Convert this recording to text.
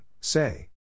say